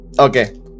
okay